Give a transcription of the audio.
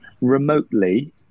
remotely